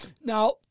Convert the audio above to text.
Now